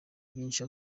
byinshi